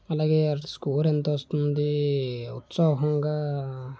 అలాగే ఆ స్కోర్ ఎంత వస్తుంది ఉత్సాహంగా